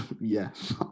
Yes